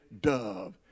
dove